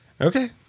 Okay